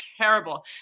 terrible